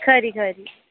खरी खरी